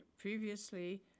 previously